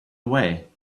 away